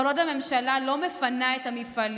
כל עוד הממשלה לא מפנה את המפעלים,